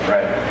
Right